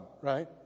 right